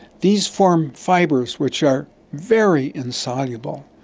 these form fibres which are very insoluble.